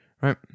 right